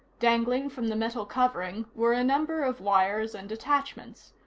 dangling from the metal covering were a number of wires and attachments.